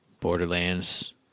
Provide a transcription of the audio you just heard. Borderlands